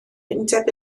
undeb